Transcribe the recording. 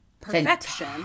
Perfection